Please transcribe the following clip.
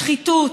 שחיתות,